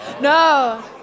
No